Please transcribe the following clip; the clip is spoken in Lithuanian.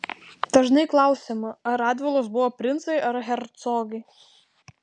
dažnai klausiama ar radvilos buvo princai ar hercogai